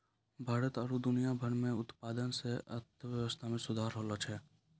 भारत आरु दुनिया भर मे उत्पादन से अर्थव्यबस्था मे सुधार होलो छै